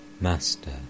Master